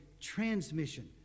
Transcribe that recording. transmission